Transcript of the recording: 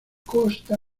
costa